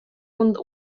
und